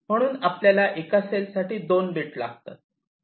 म्हणून आपल्याला एका सेल साठी 2 बीट लागतात